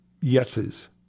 yeses